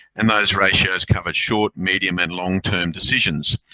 and those ratios covered short, medium and long-term decisions.